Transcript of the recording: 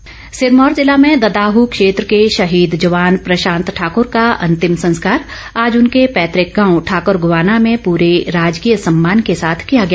शहीद सिरमौर ज़िला में ददाहू क्षेत्र के शहीद जवान प्रशांत ठाकूर का अंतिम संस्कार आज उनके पैतृक गांव ठाकूर गवाना में पूरे राजकीय सम्मान के साथ किया गया